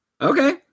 Okay